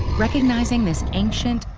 recognizing this ancient,